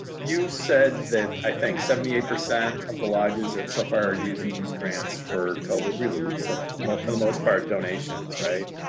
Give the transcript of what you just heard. you said that, i think, seventy eight percent of the lodges so far using these grants for covid relief so, you know, for the most part donations, right?